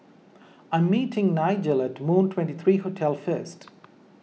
I'm meeting Nigel at Moon twenty three Hotel first